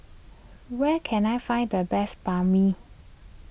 where can I find the best Banh Mi